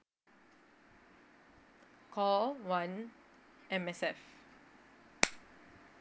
call one M_S_F